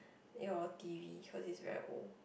your t_v cause is very old